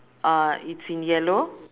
uh it's in yellow